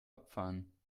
abfahren